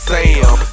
Sam